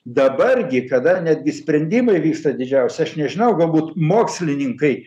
dabar gi kada netgi sprendimai vyksta didžiausi aš nežinau galbūt mokslininkai